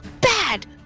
bad